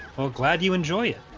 well glad you enjoy it